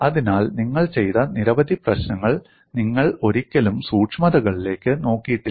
അതിനാൽ നിങ്ങൾ ചെയ്ത നിരവധി പ്രശ്നങ്ങൾ നിങ്ങൾ ഒരിക്കലും സൂക്ഷ്മതകളിലേക്ക് നോക്കിയിട്ടില്ല